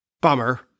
Bummer